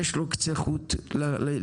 יש לו קצה חוט לפתרון,